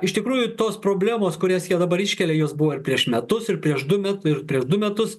iš tikrųjų tos problemos kurias jie dabar iškelia jos buvo ir prieš metus ir prieš du metu ir prieš du metus